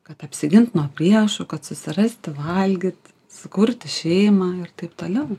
kad apsigint nuo priešų kad susirasti valgyt sukurti šeimą ir taip toliau